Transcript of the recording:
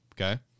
Okay